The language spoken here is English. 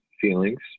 feelings